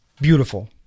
Beautiful